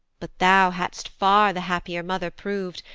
but thou had'st far the happier mother prov'd,